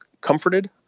comforted